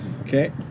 Okay